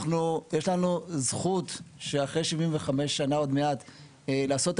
יש לנו זכות שאחרי 75 שנה עוד מעט לעשות את